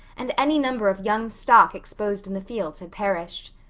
and any number of young stock exposed in the fields had perished.